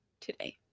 today